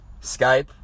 Skype